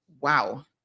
wow